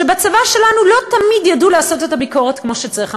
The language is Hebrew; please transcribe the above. שבצבא שלנו לא תמיד ידעו לעשות את הביקורת כמו שצריך.